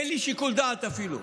אין לי שיקול דעת אפילו.